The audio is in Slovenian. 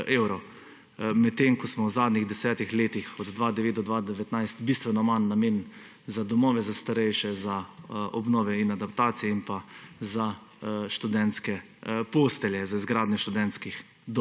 medtem ko smo v zadnjih desetih letih, od 2009 do 2019, bistveno manj namenili za domove za starejše, za obnove in adaptacije in pa za izgradnjo študentskih